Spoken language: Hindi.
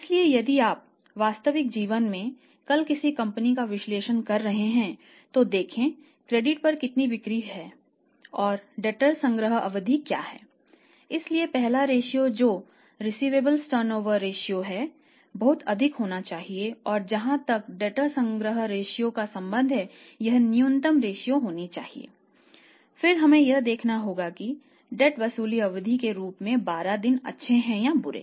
इसलिए यदि आप वास्तविक जीवन में कल किसी कंपनी का विश्लेषण कर रहे हैं तो देखें क्रेडिट वसूली अवधि के रूप में 12 दिन अच्छे हैं या बुरे